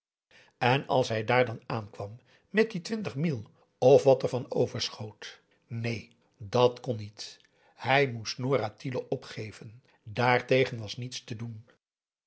en als hij daar dan aankwam met die twintig mille of wat ervan overschoot neen dàt kon niet hij moest nora tiele opgeven daartegen was niets te doen